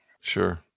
Sure